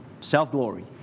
self-glory